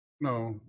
No